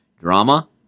drama